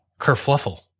kerfluffle